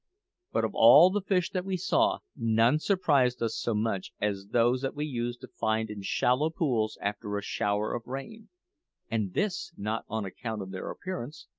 but of all the fish that we saw, none surprised us so much as those that we used to find in shallow pools after a shower of rain and this not on account of their appearance,